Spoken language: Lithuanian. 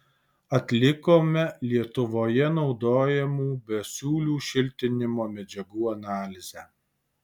atlikome lietuvoje naudojamų besiūlių šiltinimo medžiagų analizę